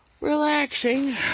relaxing